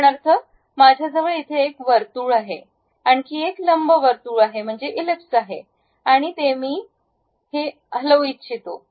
उदाहरणार्थ माझ्याजवळ इथे एक वर्तुळ आहे आणखी एक लंबवर्तुळ म्हणजेच इलिप्स आहे आणि ते मी हे हलवू इच्छितो